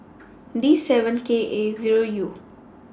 D seven K A Zero U